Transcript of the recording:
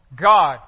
God